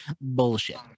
bullshit